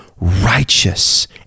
righteous